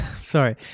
sorry